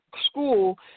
school